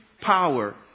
power